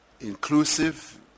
inclusive